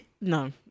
No